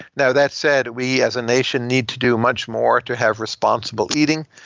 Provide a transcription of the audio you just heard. now, that said, we as a nation need to do much more to have responsible eating,